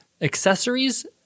accessories